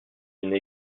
une